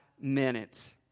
minutes